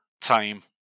time